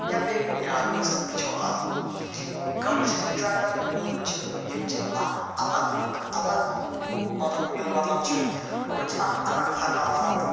یا بیٚیہِ کُن لٮ۪حاظ أسۍ وُچھو اَز گۄڈٕ چھِ ٲسمٕتۍ یِم ٹرٛیبل لُکھ چھِ یِم چھِ اکھ الگ لُک الگ لُک مطلب میٛون مطلب چھُ یِمن چھِ اکھ الگ ثقافت